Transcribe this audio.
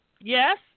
Yes